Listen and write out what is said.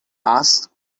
ask